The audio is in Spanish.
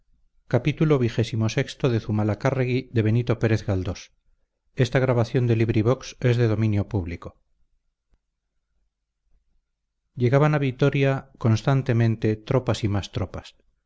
llegaban a vitoria constantemente tropas y más tropas